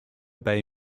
bay